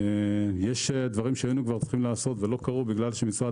יש דברים שהיינו צריכים לעשות ולא קרו בגלל שמשרד